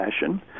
fashion